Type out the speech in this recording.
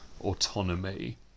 autonomy